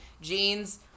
jeans